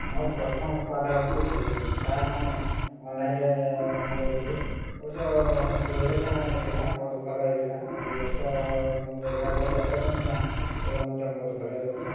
ମୋର ପ୍ରଥମ ଉତ୍ପାଦ ହେଉଛି ସୁଜ୍ ତାହା ମୁଁ ଅନ୍ଲାଇନ୍ରେ ମଗାଇଥିଲି ଅବଶ୍ୟ ଦୁଇ ହଜାର ଟଙ୍କା ନେଇଥିଲା ବହୁତ ଭଲ ହୋଇଥିଲା ଦୁଇ ବର୍ଷ ମୁଁ ବ୍ୟବହାର କରିବାପରେ ମଧ୍ୟ ଏବେ ମଧ୍ୟ ବହୁତ ଭଲରେ ଅଛି